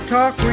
Talk